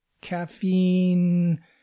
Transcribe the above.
caffeine